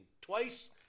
Twice